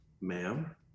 ma'am